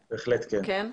בהחלט, כן.